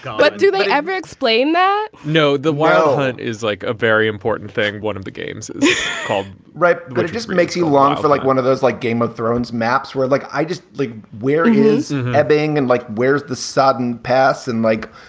but do they ever explain that? no. the whale hunt is like a very important thing. one of the games is called right. but it just makes you wanna feel like one of those like game of thrones maps where like, i just like where he is being and like, where's the sudden pass? and like,